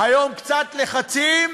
היום קצת לחצים,